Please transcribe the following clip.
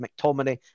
McTominay